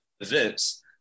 events